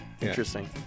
Interesting